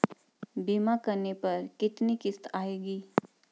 बीमा करने पर कितनी किश्त आएगी?